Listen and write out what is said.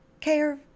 care